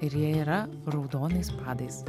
ir jie yra raudonais padais